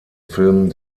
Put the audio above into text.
film